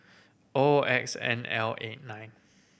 O X N L eight nine